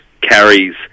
carries